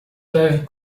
devem